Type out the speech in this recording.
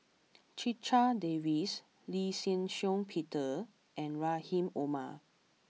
Checha Davies Lee Shih Shiong Peter and Rahim Omar